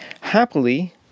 happily